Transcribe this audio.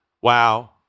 Wow